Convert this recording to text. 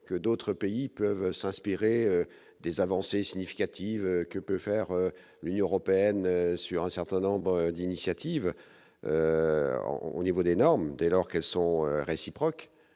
que d'autres pays peuvent s'inspirer des avancées significatives que peut faire l'Union européenne sur un certain nombre d'initiatives en au niveau des normes dès lors qu'elles sont réciproques,